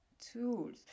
tools